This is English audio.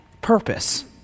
Purpose